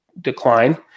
decline